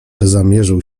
zamierzył